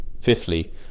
Fifthly